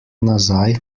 nazaj